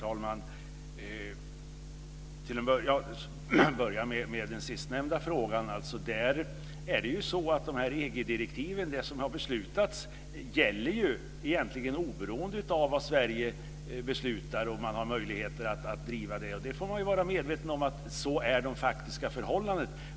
Herr talman! För att börja med den sistnämnda frågan är det så att de EG-direktiv som har beslutats gäller oberoende av vad Sverige beslutar. Man får vara medveten om att så är de faktiska förhållandena.